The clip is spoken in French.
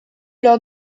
leur